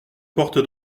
porte